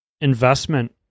investment